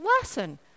lesson